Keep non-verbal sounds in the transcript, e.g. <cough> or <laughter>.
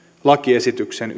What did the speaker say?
lakiesityksen <unintelligible>